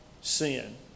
sin